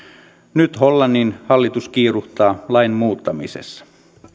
nyt hollannin hallitus kiiruhtaa lain muuttamisessa